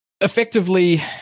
effectively